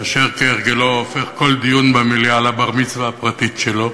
אשר כהרגלו הופך כל דיון במליאה ל"בר-מצווה" פרטית שלו.